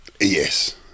Yes